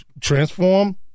Transform